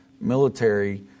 military